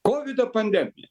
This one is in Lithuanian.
kovido pandemija